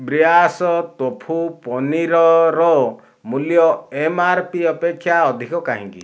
ବ୍ରିୟାସ tofu ପନିରର ମୂଲ୍ୟ M R P ଅପେକ୍ଷା ଅଧିକ କାହିଁକି